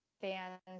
fans